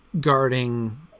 Guarding